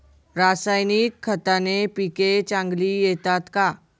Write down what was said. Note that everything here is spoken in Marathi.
रासायनिक खताने पिके चांगली येतात का?